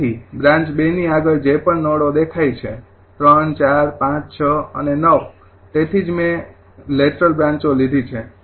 તેથી બ્રાન્ચ ૨ ની આગળ જે પણ નોડો દેખાય છે ૩૪૫૬ અને ૯ તેથી જ મેં લેટરલ બ્રાંચો લીધી છે